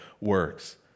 works